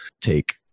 take